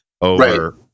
over